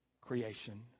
creation